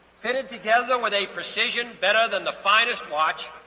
fitted together with a precision better than the finest watch,